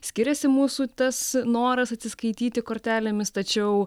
skiriasi mūsų tas noras atsiskaityti kortelėmis tačiau